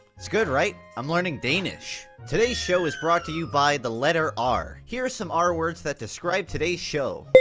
s'good, right? i'm learning danish today's show is brought to you by the letter r here are some r words that describe today's show